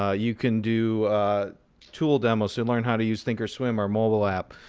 ah you can do tool demos to learn how to use thinkorswim, our mobile app.